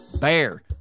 BEAR